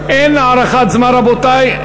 אין הערכת זמן, רבותי.